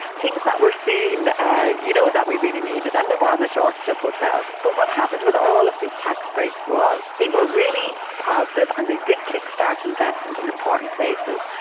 things that were seen and you know that we really needed, and there was a shortage of hotels. but what happened with all of these tax breaks was they were really positive, and they did kick start investment in important places,